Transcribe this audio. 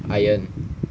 iron